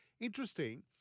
Interesting